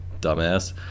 dumbass